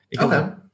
Okay